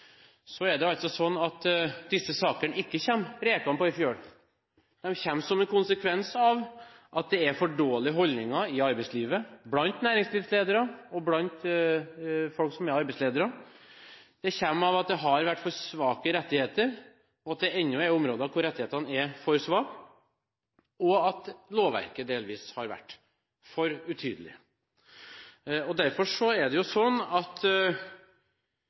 er det altså sånn at disse sakene ikke kommer rekende på ei fjøl. De kommer som en konsekvens av at det er for dårlige holdninger i arbeidslivet blant næringslivsledere og blant folk som er arbeidsledere. Det kommer av at det har vært for svake rettigheter, at det ennå er områder der rettighetene er for svake, og at lovverket delvis har vært for utydelig. Dette kommer som et resultat av at arbeidstakere som tar permisjon, både frykter og opplever at